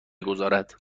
گذارد